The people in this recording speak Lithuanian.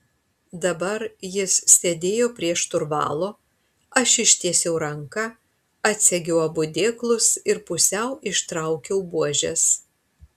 dabar jis sėdėjo prie šturvalo aš ištiesiau ranką atsegiau abu dėklus ir pusiau ištraukiau buožes